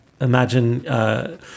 imagine